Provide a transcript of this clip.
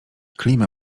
klimę